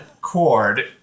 cord